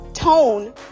tone